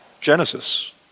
Genesis